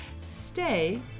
stay